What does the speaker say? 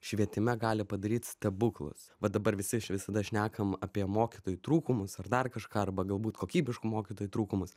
švietime gali padaryt stebuklus va dabar visi visada šnekam apie mokytojų trūkumus ar dar kažką arba galbūt kokybiškų mokytojų trūkumus